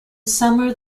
summer